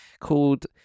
called